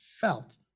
felt